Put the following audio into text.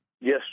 Yes